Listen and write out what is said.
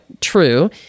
true